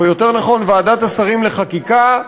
או יותר נכון ועדת השרים לחקיקה,